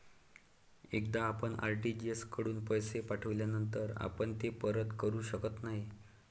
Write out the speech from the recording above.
एकदा आपण आर.टी.जी.एस कडून पैसे पाठविल्यानंतर आपण ते परत करू शकत नाही